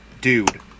dude